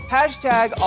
Hashtag